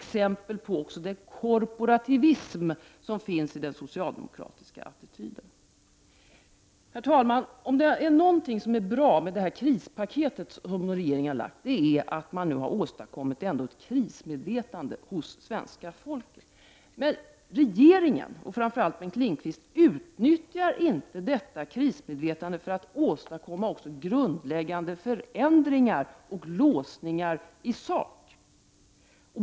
Det är också ett exempel på den korporativism som finns i den socialdemokratiska attityden. Herr talman! Om det är någonting som är bra med det krispaket som regeringen har lagt fram, är det att man nu har åstadkommit ett krismedvetande hos svenska folket. Men regeringen, och framför allt Bengt Lindqvist, utnyttjar inte detta krismedvetande för att åstadkomma grundläggande förändringar och lösningar i sak.